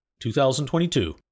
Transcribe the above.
2022